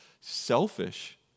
selfish